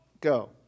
Go